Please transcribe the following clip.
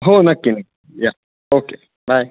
हो नक्की नक्की या ओके बाय